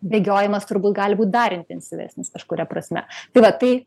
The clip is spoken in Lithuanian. bėgiojimas turbūt gali būti dar intensyvesnis kažkuria prasme tai va tai